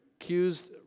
accused